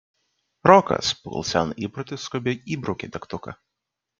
rokas pagal seną įprotį skubiai įbraukė degtuką